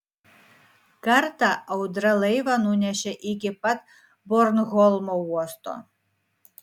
kartą audra laivą nunešė iki pat bornholmo uosto